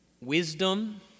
wisdom